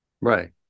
Right